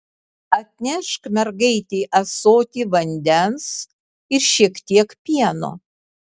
atnešk mergaitei ąsotį vandens ir šiek tiek pieno